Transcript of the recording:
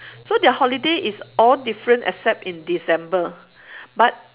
so their holiday is all different except in december but